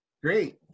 Great